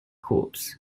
corps